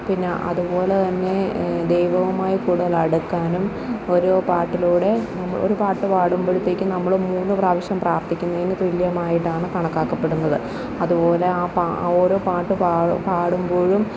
പിന്നെ അതുപോലെ തന്നെ ദൈവവുമായി കൂടുതൽ അടുക്കാനും ഓരോ പാട്ടിലൂടെ ഒരു പാട്ട് പാടുമ്പോഴത്തേക്കും നമ്മൾ മൂന്ന് പ്രാവശ്യം പ്രാർത്ഥിക്കുന്നതിന് തുല്യമായിട്ടാണ് കണക്കാക്കപ്പെടുന്നത് അതുപോലെ ആ പാ ഓരോ പാട്ട് പാടുമ്പോഴും